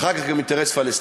אחר כך גם אינטרס פלסטיני.